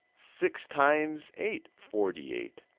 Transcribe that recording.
six times eight, forty eight.